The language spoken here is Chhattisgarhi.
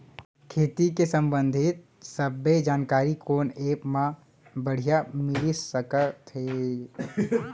खेती के संबंधित सब्बे जानकारी कोन एप मा बढ़िया मिलिस सकत हे?